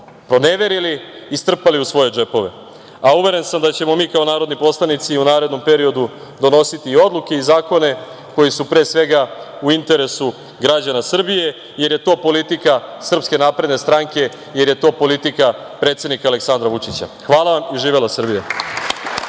proneverili i strpali u svoje džepove, a uveren sam da ćemo mi kao narodni poslanici i u narednom periodu donositi i odluke i zakone koji su pre svega u interesu građana Srbije, jer je to politika SNS, jer je to politika predsednika Aleksandra Vučića. Hvala vam. Živela Srbija.